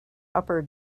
upper